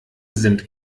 sind